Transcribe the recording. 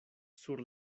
sur